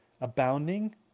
abounding